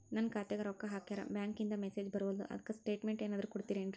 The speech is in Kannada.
ನನ್ ಖಾತ್ಯಾಗ ರೊಕ್ಕಾ ಹಾಕ್ಯಾರ ಬ್ಯಾಂಕಿಂದ ಮೆಸೇಜ್ ಬರವಲ್ದು ಅದ್ಕ ಸ್ಟೇಟ್ಮೆಂಟ್ ಏನಾದ್ರು ಕೊಡ್ತೇರೆನ್ರಿ?